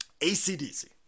ACDC